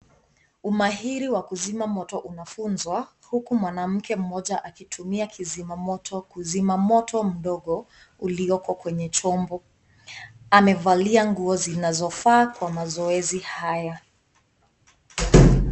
Umahiri wa kuzima moto unafunzwa huku mwanamke mmoja akitumia kizimamoto kuzima moto mdogo ulioko kwenye chombo. Amevalia nguo zinazofaa kwenye mazoezi haya.